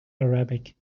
arabic